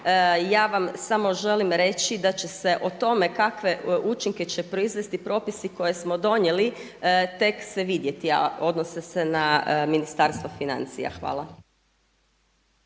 Ja vam samo želim reći da će se o tome kakve učinke će proizvesti propisi koje smo donijeli tek se vidjeti, a odnose se na Ministarstvo financija. Hvala.